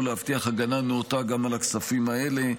להבטיח הגנה נאותה גם על הכספים האלה.